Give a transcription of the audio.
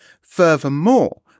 Furthermore